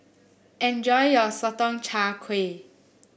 enjoy your Sotong Char Kway